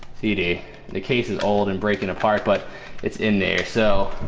cd the case is old and breaking apart, but it's in there. so